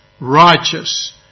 righteous